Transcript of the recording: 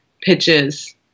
pitches